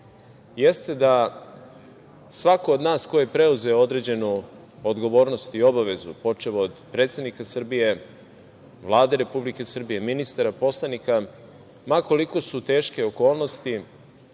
jeste da svako od nas ko je preuzeo određenu odgovornost i obavezu počev od predsednika Srbije, Vlade Republike Srbije, ministara, poslanika, ma koliko su teške okolnosti